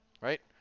right